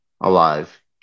alive